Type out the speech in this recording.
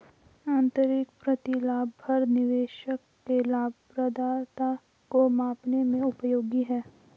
आंतरिक प्रतिलाभ दर निवेशक के लाभप्रदता को मापने में उपयोगी है